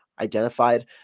Identified